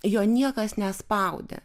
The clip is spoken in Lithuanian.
jo niekas nespaudė